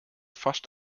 fast